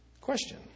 question